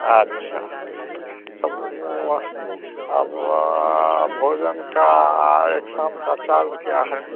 अच्छा तब वह अब भोजन का एक क्या है